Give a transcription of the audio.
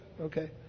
okay